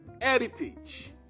heritage